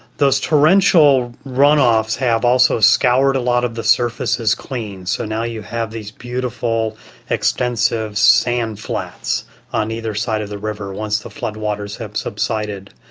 those torrential run-offs have also scoured a lot of the surfaces clean, so now you have these beautiful extensive sand flats on either side of the river once the floodwaters have subsided.